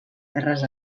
terres